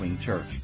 Church